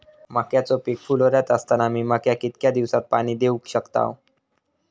मक्याचो पीक फुलोऱ्यात असताना मी मक्याक कितक्या दिवसात पाणी देऊक शकताव?